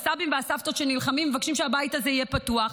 הסבים והסבתות שנלחמים ומבקשים שהבית הזה יהיה פתוח,